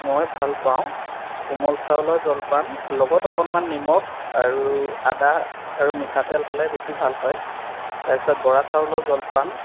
মই ভাল পাওঁ কোমল চাউলৰ জলপান লগত অকণমান নিমখ আৰু আদা আৰু মিঠাতেল হ'লে বেছি ভাল হয় তাৰপিছত বৰা চাউলৰ জলপান